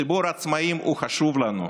ציבור העצמאים חשוב לנו.